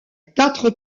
quatre